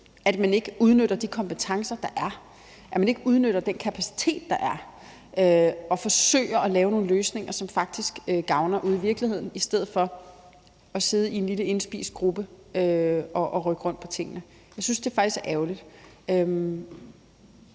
at man ikke udnytter de kompetencer, der er, og at man ikke udnytter den kapacitet, der er, og forsøger at lave nogle løsninger, som faktisk gavner ude i virkeligheden, i stedet for at sidde i en lille indspist gruppe og rykke rundt på tingene. Jeg synes faktisk, det er ærgerligt.